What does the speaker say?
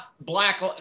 Black